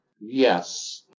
Yes